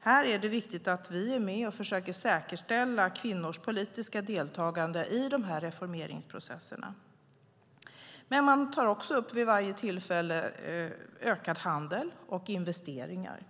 Här är det viktigt att vi är med och försöker säkerställa kvinnors politiska deltagande i reformeringsprocesserna. Men vid varje tillfälle tar man också upp ökad handel och investeringar.